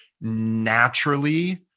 naturally